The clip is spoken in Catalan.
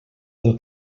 del